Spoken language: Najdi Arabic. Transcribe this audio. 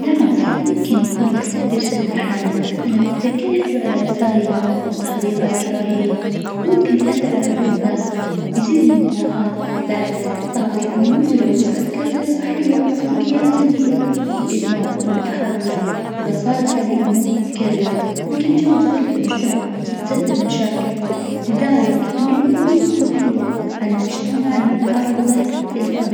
نعم الفن يمكن يكون له تأثير سلبي أحيانا مثلا إذا كان يحض على رسايل عنف أو تحريض على الكراهية ممكن يأثر على عقول الناس ويزيد من النزاعات. بعد بعظ الفنون تروج لأفكار غير صحية أو سلوكيات سلبية مثل الأدمان أو التحرش. إذا صارت هذي الأمور متكررة ممكن تشوة صورة المجتمع وتسبب مشاكل، لذلك من المهم يكون في وعي عن المجتمع اللي نتعرض له في الفن.